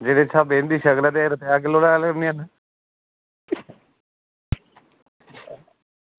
जिस स्हाबै दी इंदी शकल ऐ ते एह् रपे दे किलो बी निं हैन